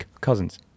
cousins